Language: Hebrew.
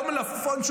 לא למלפפון,